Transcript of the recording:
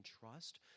trust